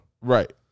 Right